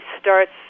starts